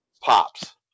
Pops